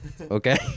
okay